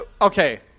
Okay